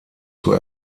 zur